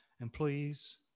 employees